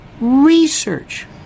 research